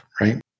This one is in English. right